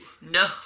no